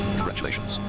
Congratulations